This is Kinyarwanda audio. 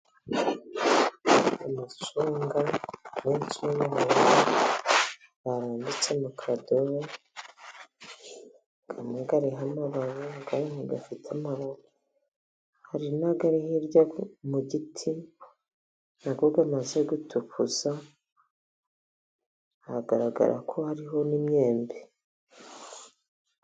Amacunga menshi y'umuhondo barambitse mu kadobo, amwe ariho amababi ayandi ntafite amababi, hari n'ari hirya mu giti na yo amaze gutukuza, hagaragara ko hariho n'imyembe.